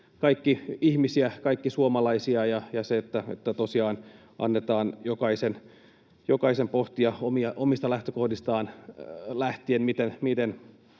kaikki suomalaisia ja että tosiaan annetaan jokaisen pohtia omista lähtökohdistaan lähtien,